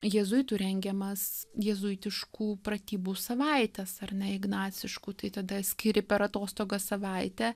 jėzuitų rengiamas jėzuitiškų pratybų savaites ar ne ignaciškų tai tada skyri per atostogas savaitę